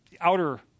outer